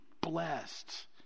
blessed